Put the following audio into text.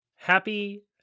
Happy